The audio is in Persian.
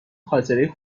خاطره